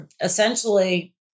essentially